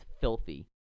filthy